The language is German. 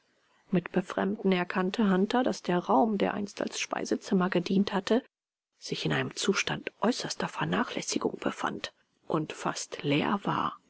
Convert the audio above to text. mit befremden erkannte hunter daß der raum der einst als speisezimmer gedient hatte sich in einem zustand äußerster vernachlässigung befand und fast leer war